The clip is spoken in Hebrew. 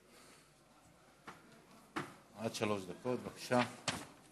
עד שלוש דקות, בבקשה.